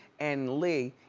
and lee,